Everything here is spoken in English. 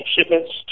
shipments